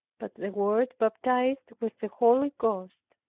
but the word baptized with the holy ghost,